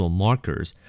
markers